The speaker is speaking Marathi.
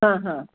हां हां